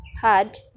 hard